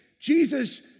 Jesus